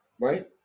right